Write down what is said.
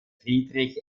friedrich